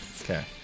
Okay